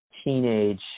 teenage